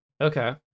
Okay